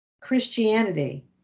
christianity